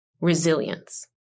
resilience